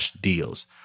deals